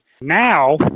Now